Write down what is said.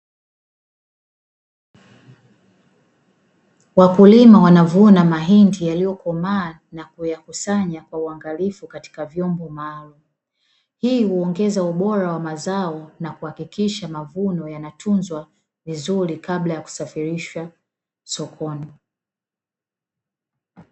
Wakulima wanavuna mahindi yaliyokomaa na kuyakusanya kwa uangalifu katika vyombo maalumu. Hii huongeza ubora wa mazao na kuhakikisha mavuno yanatunzwa vizuri kabla ya kusafirisha sokoni.